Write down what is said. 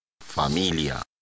Familia